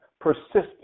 Persistent